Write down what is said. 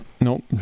nope